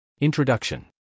Introduction